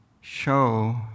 show